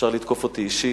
אפשר לתקוף אותי אישית.